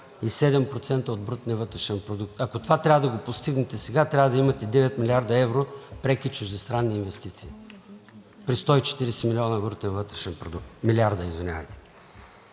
13,7% от брутния вътрешен продукт. Ако това трябва да го постигнете сега, трябва да имате 9 млрд. евро преки чуждестранни инвестиции при 140 милиарда брутен вътрешен продукт. За 12 години